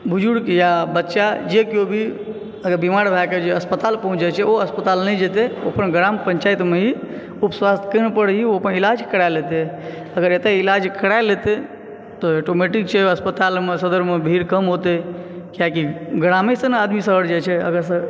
बुजुर्ग यऽ बच्चा जे केओ भी अगर बीमार भय के जे अस्पताल पहुँच जाइ छै ओ अस्पताल नहि जेतै ओ अपन ग्राम पंचायत मे ही उप स्वास्थ्य केन्द्र पर ही ओ अपन इलाज करा लेते अगर एतय इलाज करा लेते तऽ ऑटोमेटिक छै अस्पताल मे सदर मे भीड़ कम आउते कियाकि ग्रामे से नहि आदमी शहर जाइ छै